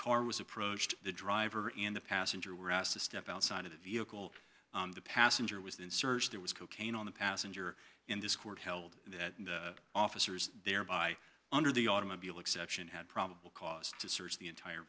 car was approached the driver and the passenger were asked to step outside of the vehicle the passenger was then searched it was cocaine on the passenger in this court held that officers there by under the automobile exception had probable cause to search the entire